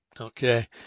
Okay